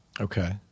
Okay